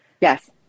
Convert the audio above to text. Yes